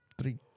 three